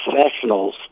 professionals